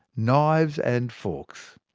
knives and forks.